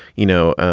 you know,